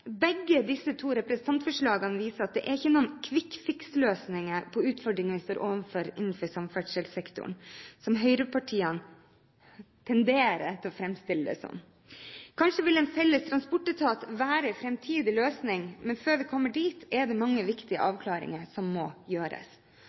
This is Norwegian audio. Begge disse to representantforslagene viser at det er ikke noen «quick fix»-løsninger på utfordringene vi står overfor innenfor samferdselssektoren, som høyrepartiene tenderer til å fremstille det som. Kanskje vil en felles transportetat være en fremtidig løsning, men før vi kommer dit, er det mange viktige